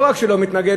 לא רק שלא מתנגד,